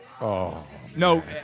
No